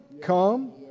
Come